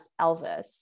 elvis